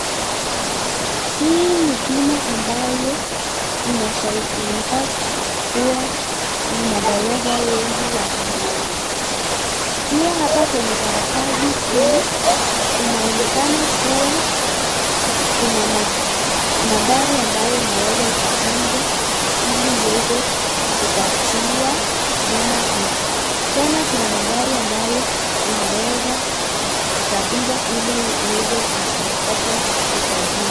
Hii ni bima ambayo inafaa kuwa ni madereva wengi wanazo pia hapa kwenye karatasi hii inaonekana kuwa kuna nambari ambayo unaweza ukapiga ili uweze kujipatia bima hii tena kuna nambari ambayo unaweza ukapiga ili uweze ukapata usaidizi.